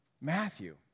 Matthew